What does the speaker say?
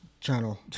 channel